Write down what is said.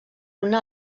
una